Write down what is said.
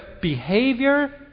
behavior